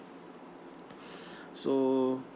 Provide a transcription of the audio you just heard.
so